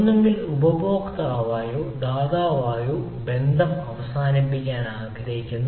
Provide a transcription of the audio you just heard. ഒന്നുകിൽ ഉപഭോക്താവോ ദാതാവോ ബന്ധം അവസാനിപ്പിക്കാൻ ആഗ്രഹിക്കുന്നു